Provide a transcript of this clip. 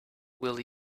will